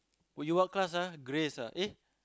what you class ah Grace ah eh